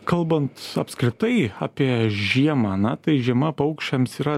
kalbant apskritai apie žiemą na tai žiema paukščiams yra